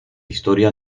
historia